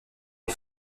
les